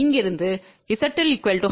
இங்கிருந்து ZL 100 Zin1 50 ஆகும்